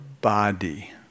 body